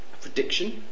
prediction